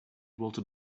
walter